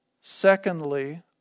Secondly